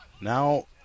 Now